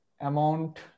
amount